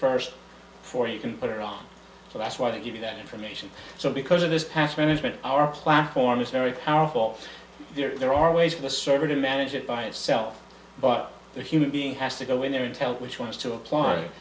first before you can put it on so that's why they give you that information so because it is passed management our platform is very powerful there are ways for the server to manage it by itself but the human being has to go in there and tell which ones to apply